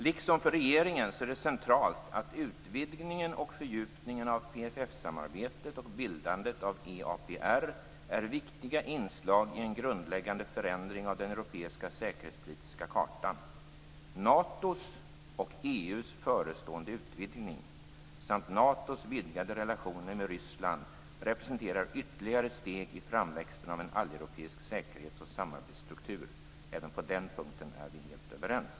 Liksom för regeringen är det för oss centralt att utvidgningen och fördjupningen av PFF-samarbetet och bildandet av EAPR är viktiga inslag i en grundläggande förändring av den europeiska säkerhetspolitiska kartan. Natos och EU:s förestående utvidgning samt Natos vidgade relationer med Ryssland representerar ytterligare steg i framväxten av en alleuropeisk säkerhets och samarbetsstruktur. Även på den punkten är vi helt överens.